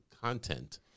content